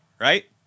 Right